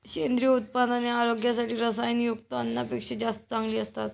सेंद्रिय उत्पादने आरोग्यासाठी रसायनयुक्त अन्नापेक्षा जास्त चांगली असतात